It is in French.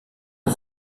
ont